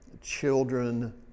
Children